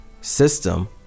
system